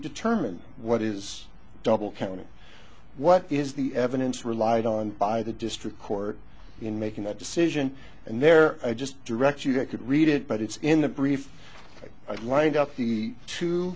determine what is double counting what is the evidence relied on by the district court in making that decision and there i just direct you to i could read it but it's in the brief i lined up the two